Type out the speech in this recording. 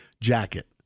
jacket